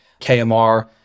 KMR